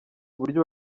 buryo